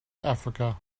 africa